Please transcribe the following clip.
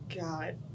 God